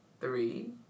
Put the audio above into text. three